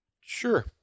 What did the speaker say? Sure